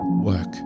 work